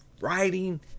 writing